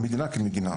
המדינה כמדינה.